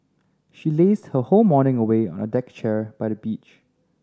she lazed her whole morning away on a deck chair by the beach